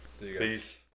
peace